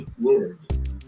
word